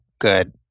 good